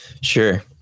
Sure